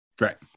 Right